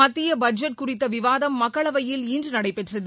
மத்தியபட்ஜெட் குறித்தவிவாதம் மக்களவையில் இன்றுநடைபெற்றது